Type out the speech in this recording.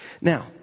Now